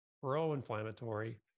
pro-inflammatory